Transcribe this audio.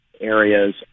areas